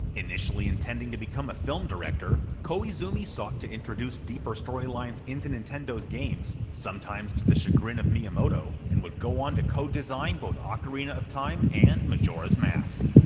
initially intending to become a film director, koizumi sought to introduce deeper storylines into nintendo's games, sometimes to the chagrin of miyamoto, and would go on to co-design both ocarina of time and majora's mask.